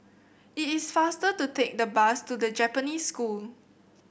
it is faster to take the bus to The Japanese School